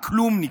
הכלומניקים.